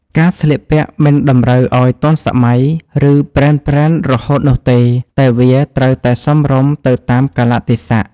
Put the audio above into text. ការស្លៀកពាក់មិនតម្រូវឲ្យទាន់សម័យ ឬប្រេនៗរហូតនោះទេ តែវាត្រូវតែសមរម្យទៅតាមកាលៈទេសៈ។